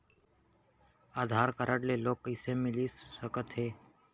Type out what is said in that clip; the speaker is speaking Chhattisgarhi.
आधार कारड ले लोन कइसे मिलिस सकत हे?